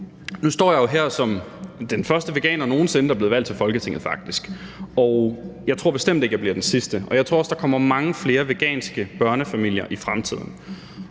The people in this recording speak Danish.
Nu står jeg jo faktisk her som den første veganer, der nogen sinde er blevet valgt til Folketinget, og jeg tror bestemt ikke, jeg bliver den sidste. Og jeg tror også, der kommer mange flere veganske børnefamilier i fremtiden.